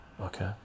okay